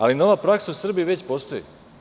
Ali, nova praksa u Srbiji već postoji.